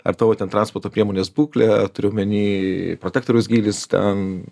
ar tavo ten transporto priemonės būklė turiu omeny protektoriaus gylis ten